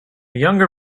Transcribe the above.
younger